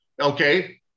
Okay